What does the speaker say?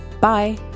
Bye